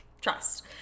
Trust